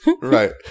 Right